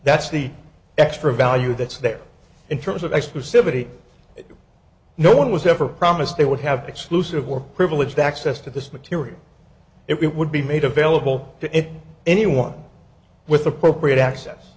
that's the extra value that's there in terms of exclusivity no one was ever promised they would have exclusive or privileged access to this material it would be made available to anyone with appropriate access